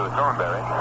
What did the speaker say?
Thornberry